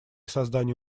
создания